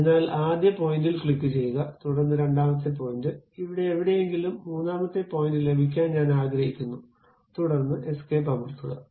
അതിനാൽ ആദ്യ പോയിന്റിൽ ക്ലിക്കുചെയ്യുക തുടർന്ന് രണ്ടാമത്തെ പോയിന്റ് ഇവിടെ എവിടെയെങ്കിലും മൂന്നാമത്തെ പോയിന്റ് ലഭിക്കാൻ ഞാൻ ആഗ്രഹിക്കുന്നു തുടർന്ന് എസ്കേപ്പ് അമർത്തുക